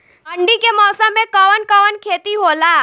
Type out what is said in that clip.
ठंडी के मौसम में कवन कवन खेती होला?